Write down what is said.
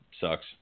sucks